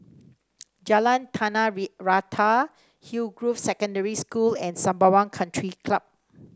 Jalan Tanah Rata Hillgrove Secondary School and Sembawang Country Club